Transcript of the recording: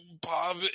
Bob